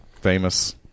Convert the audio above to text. famous